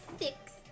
Six